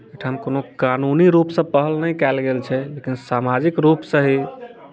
एहिठाम कोनो कानूनी रूपसँ पहल नहि कयल गेल छै लेकिन सामाजिक रूपसँ ही